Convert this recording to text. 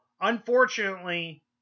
unfortunately